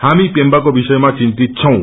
हामी पेम्बाको विषयमा चिन्तित छौं